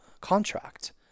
contract